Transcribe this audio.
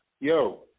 Yo